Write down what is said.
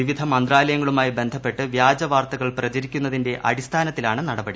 വിവിധ മന്ത്രാലയങ്ങളുമായി ബന്ധപ്പെട്ട് വ്യാജ വാർത്തകൾ പ്രചരിക്കുന്നതിന്റെ അടിസ്ഥാനത്തിലാണ് നടപടി